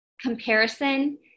comparison